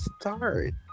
start